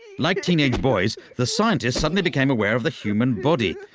like teenage boys, the scientists suddenly became aware of the human body,